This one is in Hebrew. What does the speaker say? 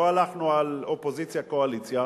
מכיוון שלא הלכנו על אופוזיציה קואליציה,